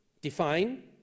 define